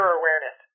awareness